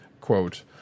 Quote